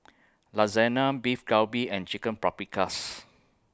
Lasagna Beef Galbi and Chicken Paprikas